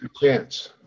chance